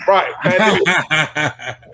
Right